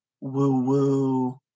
woo-woo